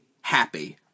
happy